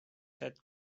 set